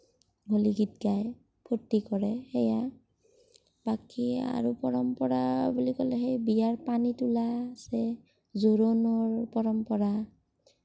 হোলী গীত গায় ফূৰ্তি কৰে সেয়াই বাকী আৰু পৰম্পৰা বুলি ক'লে বিয়াৰ পানী তোলা আছে জোৰোণৰ পৰম্পৰা